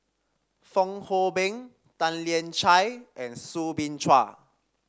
Fong Hoe Beng Tan Lian Chye and Soo Bin Chua